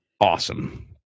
awesome